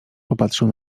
popatrzył